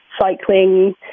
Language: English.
cycling